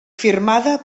firmada